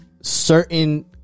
certain